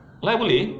lye boleh